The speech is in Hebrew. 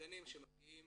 פייטנים שמגיעים